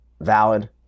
valid